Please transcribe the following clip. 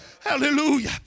Hallelujah